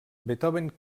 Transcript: beethoven